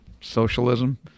Socialism